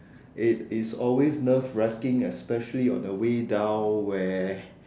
it it's always nerve wrecking especially on the way down where